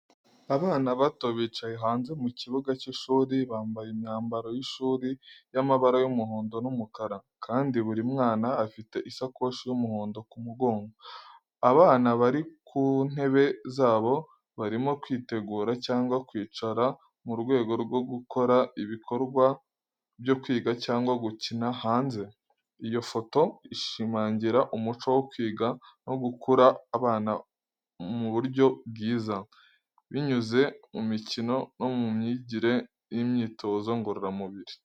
Abana bato bicaye hanze mu kibuga cy’ishuri, bambaye imyambaro y’ishuri y’amabara y’umuhondo n’umukara, kandi buri mwana afite isakoshi y’umuhondo ku mugongo. Abana bari ku ntebe zabo, barimo kwitegura cyangwa kwicara mu rwego rwo gukora ibikorwa byo kwiga cyangwa gukina hanze. Iyi foto ishimangira umuco wo kwiga no gukura abana mu buryo bwiza, binyuze mu mikino no mu myigire y’imyitozo ngororamubiri.